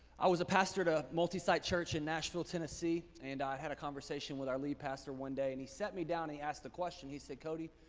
i was a pastor to a multi site church in nashville, tennessee, and i had a conversation with our lead pastor one day and he sat me down, he asked the question. he said, cody,